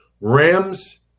Rams